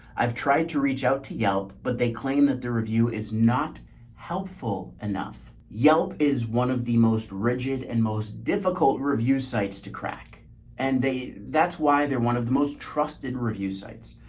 i've tried to reach out to yelp, but they claim that the review is not helpful enough. yelp is one of the most rigid and most difficult reviews sites to crack and they, that's why they're one of the most trusted review sites.